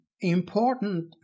important